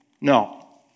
No